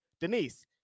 Denise